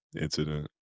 incident